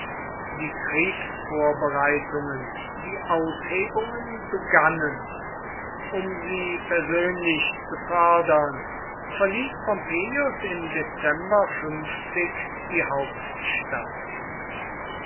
die kriegsvorbereitungen die aushebungen begannen um sie persönlich zu fördern verließ pompeius im dezember die hauptstadt